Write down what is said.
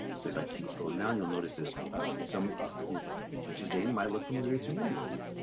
so if i keep scrolling down, you'll notice there's some of these teachers name might look familiar to many of you.